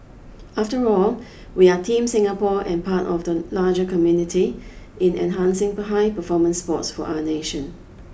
after all we are Team Singapore and part of the larger community in enhancing high performance sports for our nation